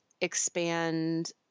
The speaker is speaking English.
expand